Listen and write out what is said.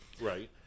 right